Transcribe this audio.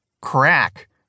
Crack